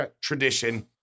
tradition